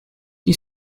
you